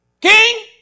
King